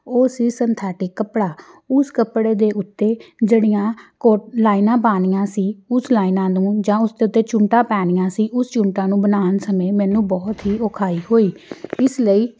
ਉਹ ਸੀ ਸਨਥੈਟਿਕ ਕੱਪੜਾ ਉਸ ਕੱਪੜੇ ਦੇ ਉੱਤੇ ਜਿਹੜੀਆਂ ਕੋ ਲਾਈਨਾਂ ਵਾਣੀਆਂ ਸੀ ਉਸ ਲਾਈਨਾਂ ਨੂੰ ਜਾਂ ਉਸ ਦੇ ਉੱਤੇ ਚੁੰਨਟਾਂ ਪੈਣੀਆਂ ਸੀ ਉਸ ਚੁੰਨਟਾਂ ਨੂੰ ਬਣਾਉਣ ਸਮੇਂ ਮੈਨੂੰ ਬਹੁਤ ਹੀ ਔਖਾਈ ਹੋਈ ਇਸ ਲਈ